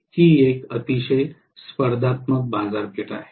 ही एक अतिशय स्पर्धात्मक बाजारपेठ आहे